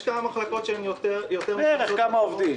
יש כמה מחלקות שיותר משתמשות במאגרים.